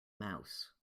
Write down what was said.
mouse